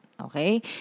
okay